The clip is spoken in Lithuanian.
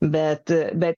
bet bet